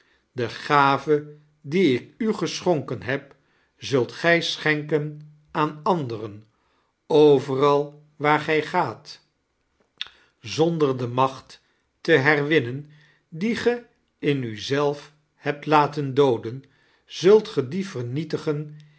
de gave die ik u geschonken heb zult gij schenken aan anderen overal waar gij gaat zonder de macht te herwinnen die ge in u zelf hebt laten dooden zult ge die vernietigen